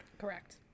correct